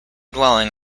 dwelling